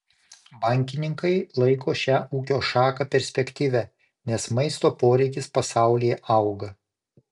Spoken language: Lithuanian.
bankininkai laiko šią ūkio šaką perspektyvia nes maisto poreikis pasaulyje auga